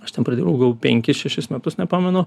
aš ten pradirbau gal penkis šešis metus nepamenu